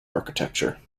architecture